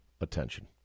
attention